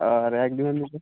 আর একদিনের নিলে